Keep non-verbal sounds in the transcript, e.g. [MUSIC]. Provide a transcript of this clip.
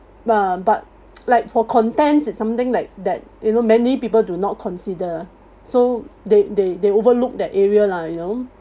ah but [NOISE] like for contents it's something like that you know many people do not consider so they they they overlooked that area lah you know